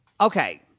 Okay